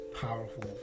Powerful